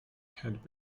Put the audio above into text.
had